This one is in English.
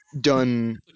done